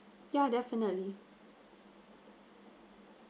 yeah definitely